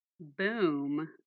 Boom